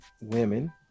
women